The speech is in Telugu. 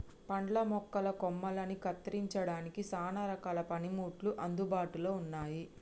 పండ్ల మొక్కల కొమ్మలని కత్తిరించడానికి సానా రకాల పనిముట్లు అందుబాటులో ఉన్నాయి